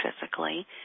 physically